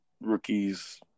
rookies